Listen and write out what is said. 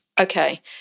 Okay